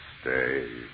stay